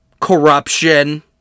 corruption